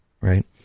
right